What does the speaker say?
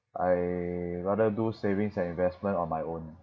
I rather do savings and investment on my own